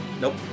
Nope